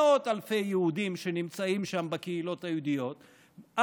מאות אלפי יהודים נמצאים שם בקהילות היהודיות,